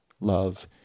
love